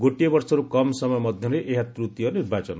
ଗୋଟିଏ ବର୍ଷରୁ କମ୍ ସମୟ ମଧ୍ୟରେ ଏହା ତୂତୀୟ ନିର୍ବାଚନ